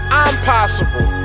impossible